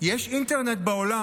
יש אינטרנט בעולם,